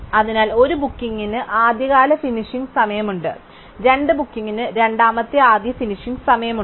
അതിനാൽ 1 ബുക്കിംഗിന് ആദ്യകാല ഫിനിഷിംഗ് സമയമുണ്ട് 2 ബുക്കിംഗിന് രണ്ടാമത്തെ ആദ്യ ഫിനിഷിംഗ് സമയമുണ്ട്